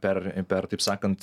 per per taip sakant